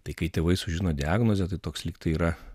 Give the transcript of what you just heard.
tai kai tėvai sužino diagnozę tai toks lyg tai yra